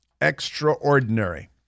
extraordinary